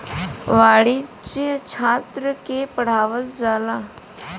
वाणिज्य छात्र के पढ़ावल जाला